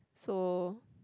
so